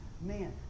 Man